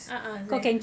a'ah seh